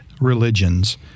religions